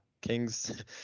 kings